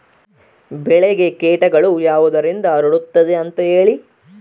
ಬೆಳೆಗೆ ಕೇಟಗಳು ಯಾವುದರಿಂದ ಹರಡುತ್ತದೆ ಅಂತಾ ಹೇಳಿ?